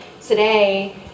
today